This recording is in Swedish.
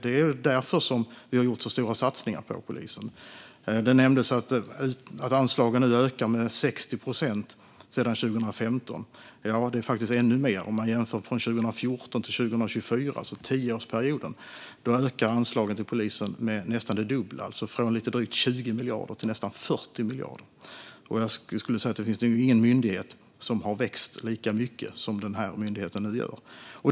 Det är därför vi har gjort så stora satsningar på polisen. Det nämndes att anslagen nu ökat med 60 procent sedan 2015. Det är faktiskt ännu mer. Tioårsperioden 2014-2024 ökade anslagen till polisen med nästan det dubbla, från lite drygt 20 miljarder till nästan 40 miljarder. Det finns nog ingen myndighet, skulle jag säga, som har växt lika mycket som denna myndighet nu gör.